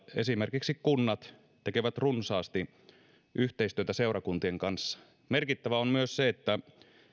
esimerkiksi kunnat tekevät runsaasti yhteistyötä seurakuntien kanssa merkittävää on myös se että